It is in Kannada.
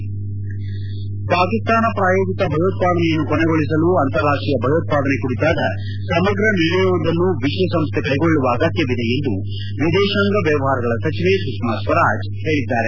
ಹೆಡ್ ಪಾಕಿಸ್ತಾನ ಪ್ರಾಯೋಜಿತ ಭಯೋತ್ವಾದನೆಯನ್ನು ಕೊನೆಗೊಳಿಸಲು ಅಂತಾರಾಷ್ಷೀಯ ಭಯೋತ್ವಾದನೆ ಕುರಿತಾದ ಸಮಗ್ರ ನಿರ್ಣಯವೊಂದನ್ನು ವಿಶ್ವಸಂಸ್ಥೆ ಕೈಗೊಳ್ಳುವ ಅಗತ್ಯವಿದೆ ಎಂದು ವಿದೇಶಾಂಗ ವ್ಯವಹಾರಗಳ ಸಚಿವೆ ಸುಷ್ನಾ ಸ್ವರಾಜ್ ಹೇಳಿದ್ದಾರೆ